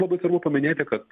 labai svarbu paminėti kad